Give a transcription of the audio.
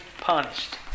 punished